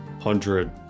hundred